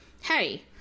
hey